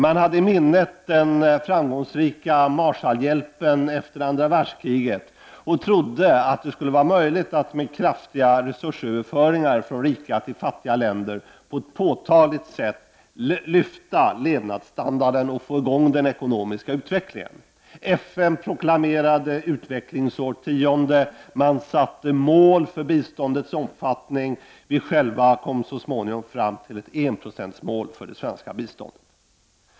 Man hade i minnet den framgångsrika Marshallhjälpen efter andra världskriget och trodde att det skulle vara möjligt att med kraftiga resursöverföringar från rika till fattiga länder på ett påtagligt sätt lyfta levnadsstandarden och få i gång den ekonomiska utvecklingen. FN proklamerade ett utvecklingsårtionde och satte upp mål för biståndets omfattning. Vi själva satte så småningom upp enprocentsmålet för det svenska biståndet.